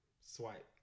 Swipe